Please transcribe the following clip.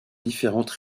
différentes